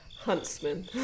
huntsman